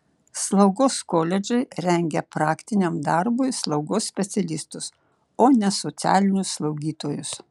slaugos koledžai rengia praktiniam darbui slaugos specialistus o ne socialinius slaugytojus